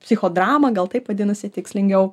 psichodramą gal taip vadinasi tikslingiau